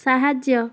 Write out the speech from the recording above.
ସାହାଯ୍ୟ